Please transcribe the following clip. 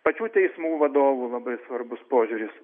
pačių teismų vadovų labai svarbus požiūris